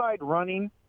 running